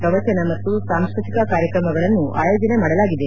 ಪ್ರವಚನ ಮತ್ತು ಸಾಂಸ್ಕತಿಕ ಕಾರ್ಯಕ್ರಮಗಳನ್ನು ಆಯೋಜನೆ ಮಾಡಲಾಗಿದೆ